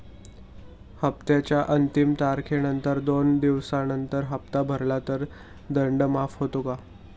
हप्त्याच्या अंतिम तारखेनंतर दोन दिवसानंतर हप्ता भरला तर दंड माफ होतो का?